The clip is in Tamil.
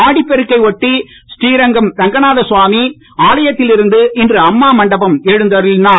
ஆடிப்பெருக்கை ஒட்டி ஸ்ரீரங்கம் ரங்கநாத சுவமாமி ஆலயத்தில் இருந்து இன்று அம்மா மண்டபம எழுந்தருவிஞர்